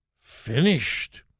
finished